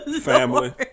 family